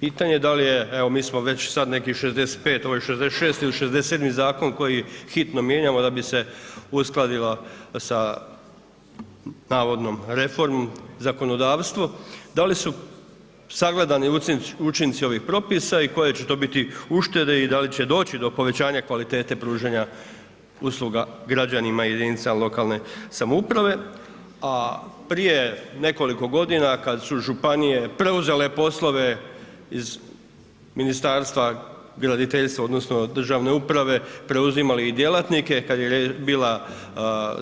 Pitanje da li je, evo mi već sad neki 65, ovo je 66 ili 67 zakon koji hitno mijenjamo da bi se uskladila sa navodnom reformom zakonodavstvu, da li su sagledani učinci ovih propisa i koje će to biti uštede i da li će doći do povećanja kvalitete pružanja usluga građanima i jedinicama lokalne samouprave, a prije nekoliko godina kad su županije preuzele poslove iz Ministarstva graditeljstva odnosno državne uprave preuzimali i djelatnike kad je bila